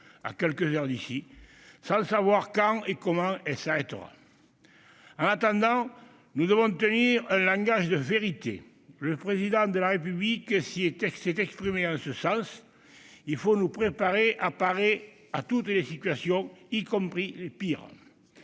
à quelques heures d'ici, sans savoir quand et comment elle s'arrêtera. En attendant, nous devons tenir un langage de vérité. Le Président de la République s'est exprimé en ce sens. Il faut nous préparer à parer à toutes les situations, y compris les pires.